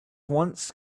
once